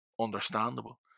understandable